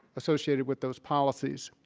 associated with those policies.